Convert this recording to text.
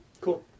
Cool